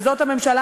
וזאת הממשלה,